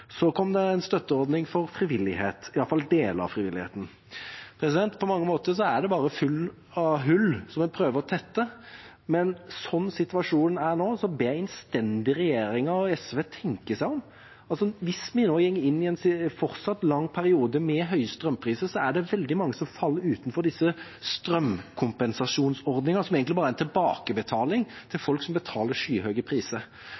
det en støtteordning for frivilligheten – iallfall deler av frivilligheten. På mange måter er det bare fullt av hull en prøver å tette, men som situasjonen er nå, ber jeg innstendig regjeringa og SV om å tenke seg om. Hvis vi nå går inn i en fortsatt lang periode med høye strømpriser, er det veldig mange som faller utenfor denne strømkompensasjonsordningen, som egentlig bare er en tilbakebetaling til folk som betaler skyhøye priser.